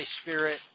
spirit